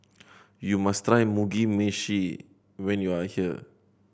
you must try Mugi Meshi when you are here